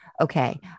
okay